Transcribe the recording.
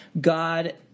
God